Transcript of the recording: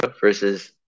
versus